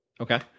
Okay